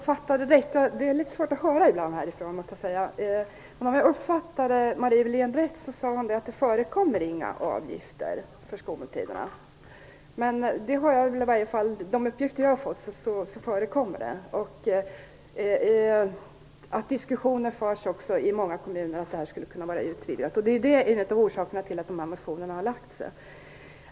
Fru talman! Om jag uppfattade Marie Wilén rätt sade hon att det inte förekommer några avgifter för skolmåltiderna. Men enligt de uppgifter jag har förekommer det avgifter. Det förs också en diskussion i många kommuner, vilket kan leda till en utvidgning. Det är en av orsakerna till att motionerna har skrivits.